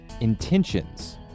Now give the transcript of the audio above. intentions